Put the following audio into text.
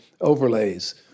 overlays